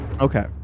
Okay